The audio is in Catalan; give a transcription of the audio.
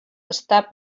estar